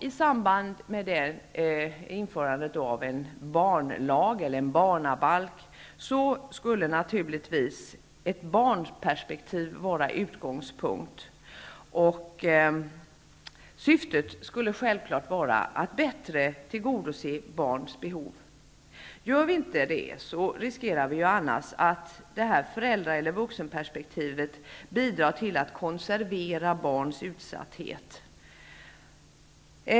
I samband med införandet av en barnlag, eller en barnabalk, skall naturligvis utgångspunkten vara ett barnperspektiv. Syftet skulle självfallet vara att bättre tillgodose barns behov. Om vi inte gör det riskerar vi att föräldra eller vuxenperspektivet bidrar till att konservera barns utsatthet.